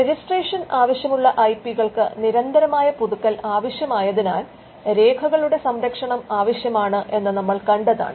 registration ആവശ്യമുള്ള I P കൾക്ക് നിരന്തരമായ പുതുക്കൽ ആവശ്യമായതിനാൽ രേഖകളുടെ സംരക്ഷണം ആവശ്യമാണ് എന്ന് നമ്മൾ കണ്ടതാണ്